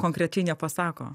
konkrečiai nepasako